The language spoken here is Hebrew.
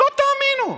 לא תאמינו.